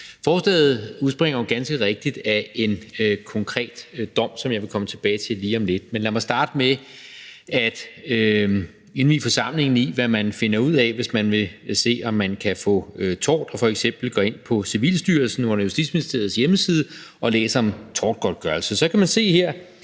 Forslaget udspringer jo ganske rigtigt af en konkret dom, som jeg vil komme tilbage til lige om lidt. Men lad mig starte med at indvie forsamlingen i, hvad man finder ud af, hvad man vil se, om man kan få tort og f.eks. går ind under Civilstyrelsen på Justitsministeriets hjemmeside og læser om tortgodtgørelse. Så kan man se her,